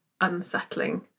unsettling